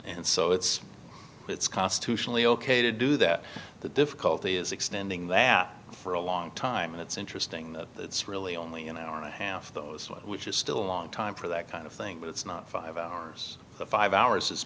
and so it's it's constitutionally ok to do that the difficulty is extending that for a long time and it's interesting that it's really only you know a half those which is still a long time for that kind of thing but it's not five years five hours is